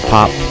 Pop